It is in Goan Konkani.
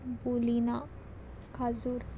बुलिना खाजूर